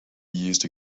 used